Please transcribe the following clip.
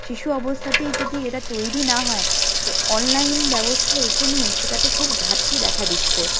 শিশু অবস্থাতেই যদি এরা তৈরি না হয় তা অনলাইন ব্যবস্থা এসে নিয়ে সেটাতে খুব ঘাটতি দেখা দিচ্ছে